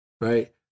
right